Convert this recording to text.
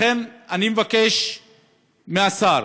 לכן אני מבקש מהשר,